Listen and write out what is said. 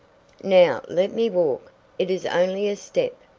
now, let me walk it is only a step,